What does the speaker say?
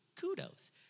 kudos